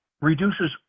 reduces